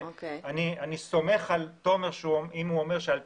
אני סומך על תומר מוסקוביץ' שאם הוא אומר שיש